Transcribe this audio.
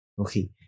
Okay